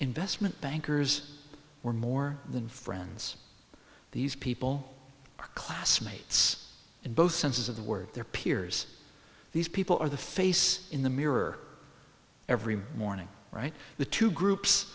investment bankers were more than friends these people classmates in both senses of the word their peers these people are the face in the mirror every morning right the two groups